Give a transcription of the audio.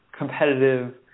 competitive